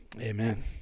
amen